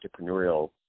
entrepreneurial